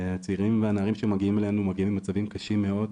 הצעירים והנערים שמגיעים אלינו מגיעים ממצבים קשים מאוד.